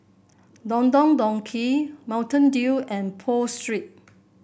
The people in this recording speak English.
Don Don Donki Mountain Dew and Pho Street